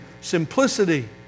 simplicity